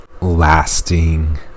lasting